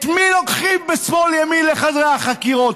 את מי לוקחים בשמאל-ימין לחדרי החקירות,